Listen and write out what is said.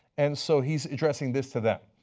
and so he is addressing this to them.